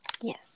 Yes